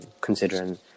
considering